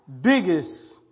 biggest